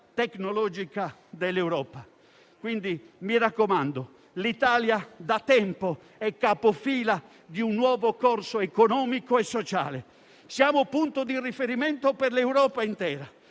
tecnologica dell'Europa; quindi, mi raccomando, l'Italia da tempo è capofila di un nuovo corso economico e sociale. Siamo punto di riferimento per l'Europa intera